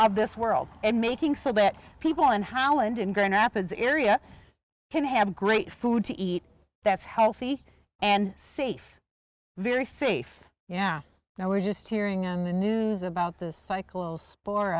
of this world and making so that people and how and in grand rapids area can have great food to eat that's healthy and safe very safe yeah now we're just hearing on the news about the cycle